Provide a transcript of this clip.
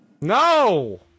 No